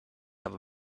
have